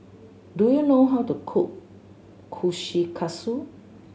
do you know how to cook Kushikatsu